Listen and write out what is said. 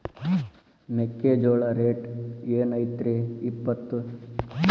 ಮೆಕ್ಕಿಜೋಳ ರೇಟ್ ಏನ್ ಐತ್ರೇ ಇಪ್ಪತ್ತು?